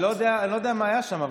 אני לא יודע מה היה שם,